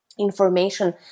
information